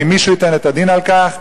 האם מישהו ייתן את הדין על כך?